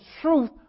truth